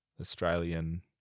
Australian